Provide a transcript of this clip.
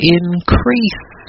increase